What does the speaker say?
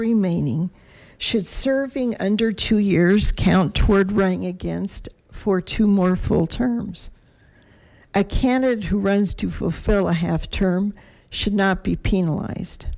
remaining should serving under two years count toward run against for two more full terms a candidate who runs to fulfill a half term should not be penalized